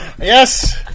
Yes